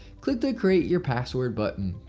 click the create your password button.